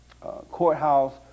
courthouse